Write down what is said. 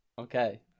Okay